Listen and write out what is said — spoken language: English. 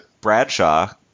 Bradshaw